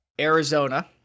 Arizona